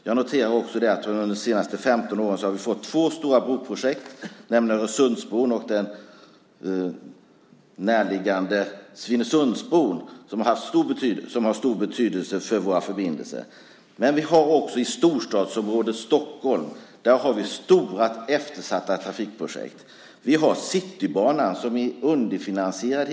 Jag noterar att vi under de senaste 15 åren har fått två stora broprojekt, nämligen Öresundsbron och den statsrådet närliggande Svinesundsbron, som har stor betydelse för våra förbindelser. Också i storstadsområdet Stockholm har vi stora eftersatta trafikprojekt. Vi har Citybanan, som hittills är underfinansierad.